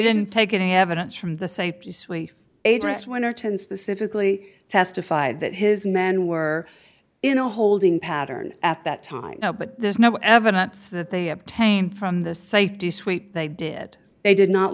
didn't take any evidence from the safety agents winterton specifically testified that his men were in a holding pattern at that time but there's no evidence that they obtained from the safety suite they did they did not